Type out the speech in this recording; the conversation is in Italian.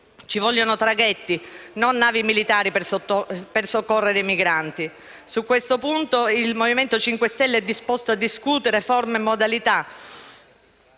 Ci vogliono traghetti non navi militari per soccorrere i migranti. Su questo punto il Movimento 5 Stelle è disposto a discutere forme e modalità,